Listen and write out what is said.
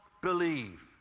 believe